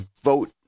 vote